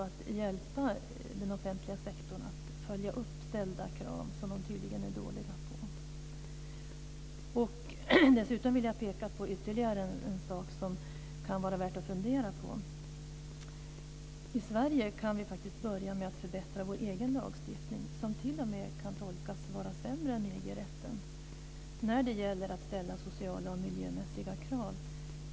Dessutom vill jag peka på ytterligare en sak som kan vara värd att fundera på. I Sverige kan vi faktiskt börja med att förbättra vår egen lagstiftning, som t.o.m. kan tolkas som att den är sämre än EG-rätten när det gäller att ställa sociala och miljömässiga krav.